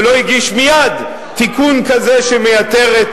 ולא הגיש מייד תיקון כזה שמייתר את